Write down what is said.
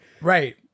Right